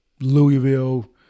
louisville